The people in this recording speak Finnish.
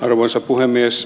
arvoisa puhemies